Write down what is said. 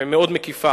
ומאוד מקיפה.